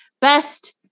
Best